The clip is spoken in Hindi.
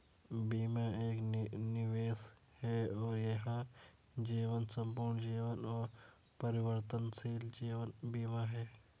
बीमा एक निवेश है और यह जीवन, संपूर्ण जीवन और परिवर्तनशील जीवन बीमा है